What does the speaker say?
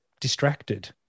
distracted